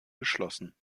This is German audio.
geschlossen